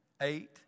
eight